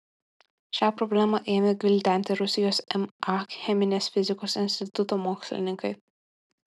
šią problemą ėmė gvildenti rusijos ma cheminės fizikos instituto mokslininkai